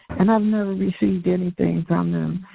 and i've never received anything from them.